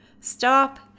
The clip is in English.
stop